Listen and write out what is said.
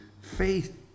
faith